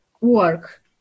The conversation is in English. work